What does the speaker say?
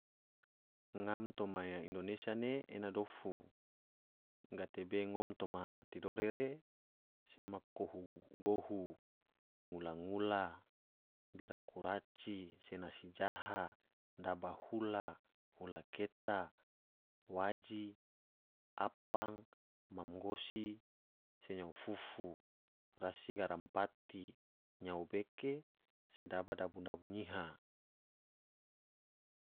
Ngam toma indonesia ne ena dofu, gatebe ngom toma tidore re sema kohu gohu, ngula ngula, bira kuraci, se nasi jaha, daba hula, hula keta, waji, apang, mam gosi, se nyao fufu, rasi garam pati, nyao beke, sedaba dabu dabu nyiha.